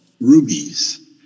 rubies